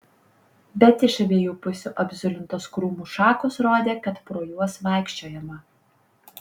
bet iš abiejų pusių apzulintos krūmų šakos rodė kad pro juos vaikščiojama